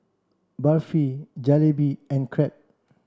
Barfi Jalebi and Crepe